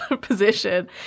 position